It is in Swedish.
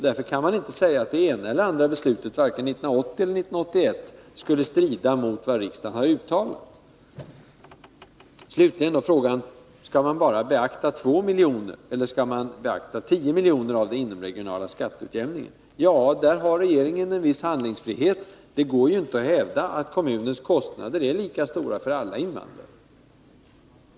Därför kan man inte säga att vare sig beslutet 1980 eller beslutet 1981 skulle strida mot vad riksdagen har uttalat. Skall man då bara beakta 2 miljoner eller skall man beakta 10 miljoner av den inomregionala skatteutjämningen? Ja, där har regeringen en viss handlingsfrihet. Det går inte att hävda att kommunens kostnader är lika stora för alla invandrare.